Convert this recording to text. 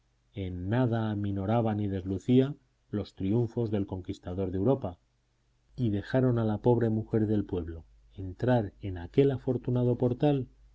nada aminoraba ni deslucía los triunfos del conquistador de europa y dejaron a la pobre mujer del pueblo entrar en aquel afortunado portal